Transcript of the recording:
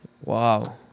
Wow